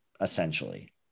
essentially